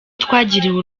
twagiriwe